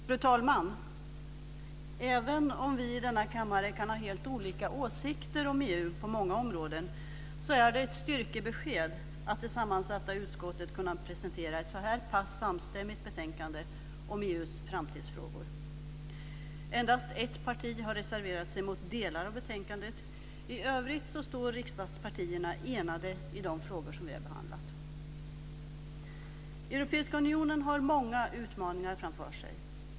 Fru talman! Även om vi i denna kammare kan ha helt olika åsikter om EU på många områden är det ett styrkebesked att det sammansatta utskottet har kunnat presentera ett så här pass samstämmigt betänkande om EU:s framtidsfrågor. Endast ett parti har reserverat sig mot delar av betänkandet. I övrigt står riksdagspartierna enade i de frågor som vi har behandlat. Europeiska unionen har många utmaningar framför sig.